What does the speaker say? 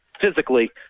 physically